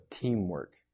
teamwork